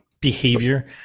behavior